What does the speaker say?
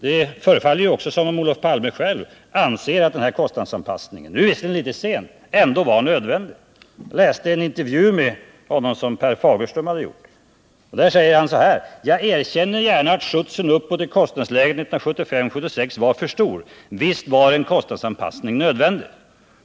Det förefaller också som om Olof Palme själv nu — visserligen litet sent — anser att denna kostnadsanpassning ändå var nödvändig. Jag har läst en intervju med Olof Palme som gjorts av Pär Fagerström, där Olof Palme säger så här: Jag erkänner gärna att skjutsen uppåt i kostnadsläget 1975-1976 var för stor. Visst var en kostnadsanpassning nödvändig.